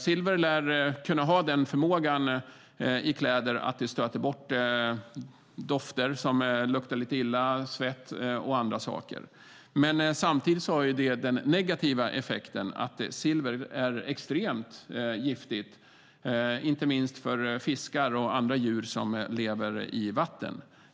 Silver lär ha den förmågan i kläder att stöta bort illaluktande dofter, svett och annat. Samtidigt har silver den negativa effekten av att vara extremt giftigt, inte minst för fiskar och andra djur som lever i vatten.